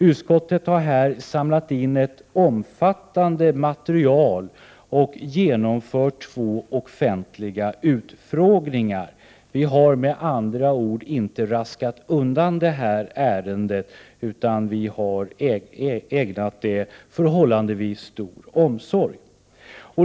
Utskottet har här samlat in ett omfattande material och genomfört två offentliga utfrågningar. Vi har med andra ord inte raskat undan det här ärendet, utan vi har ägnat det förhållandevis stor omsorg.